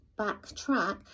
backtrack